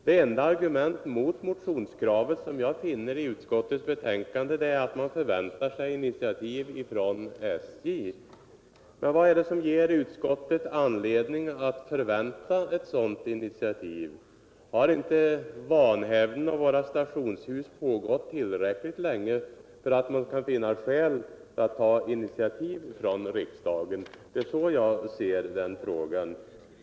Det enda argument mot motionskravet som jag kan finna i utskottsbetänkandet är att man förväntar sig initiativ från SJ. Men vad är det som ger utskottet anledning att förvänta sig ett sådant initiativ? Har inte vanhävden av våra stationshus pågått tillräckligt länge för att det skall finnas skäl att ta initiativ från riksdagens sida. Det är i alla fall så jag ser på frågan.